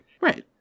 Right